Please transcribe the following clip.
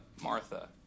Martha